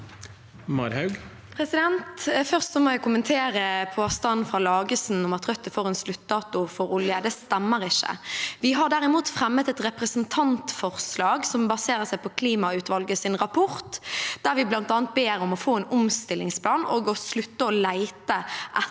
Først må jeg kom- mentere påstanden fra Lagesen om at Rødt er for en sluttdato for olje. Det stemmer ikke. Vi har derimot fremmet et representantforslag som baserer seg på klimautvalgets rapport, der vi bl.a. ber om å få en omstillingsplan og å slutte å lete etter